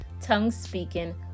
tongue-speaking